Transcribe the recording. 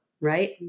right